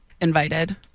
invited